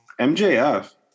MJF